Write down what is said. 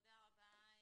תודה רבה.